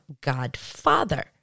godfather